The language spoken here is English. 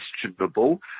questionable